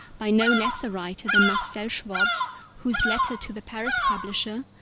by no less a writer than marcel schwob whose letter to the paris publisher,